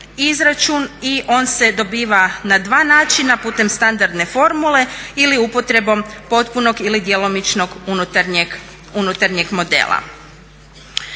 i on se dobiva na dva načina, putem standardne formule ili upotrebom potpunog ili djelomičnog unutarnjeg modela.